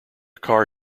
car